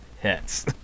hits